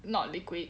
not liquid